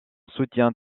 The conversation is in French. soutien